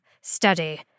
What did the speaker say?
study